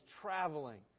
traveling